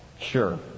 sure